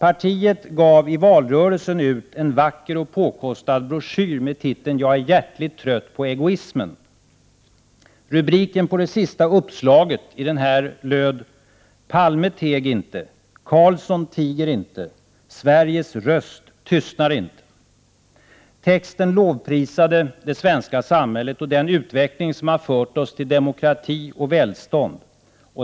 Partiet gav i valrörelsen ut en vacker och påkostad broschyr med titeln Jag är hjärtligt trött på egoismen. Rubriken på det sista uppslaget i broschyren löd ”Palme teg inte, Carlsson tiger inte, Sveriges röst tystnar inte!”. Texten lovprisade det svenska samhället och den utveckling som har fört oss till demokrati och välstånd.